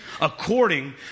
According